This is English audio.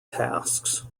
tasks